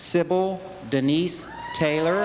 simple denise taylor